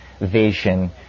vision